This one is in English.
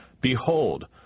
Behold